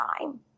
time